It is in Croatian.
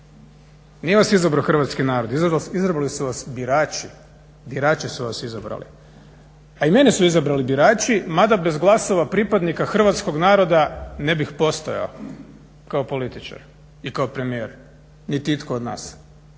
Nije vas izabrao hrvatski narod, izabrali su vas birači, birači su vas izabrali. A i mene su izabrali birači, mada bez glasova pripadnika hrvatskog naroda ne bih postojao kao političar i kao premijer, niti itko od nas.